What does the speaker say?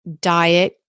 diet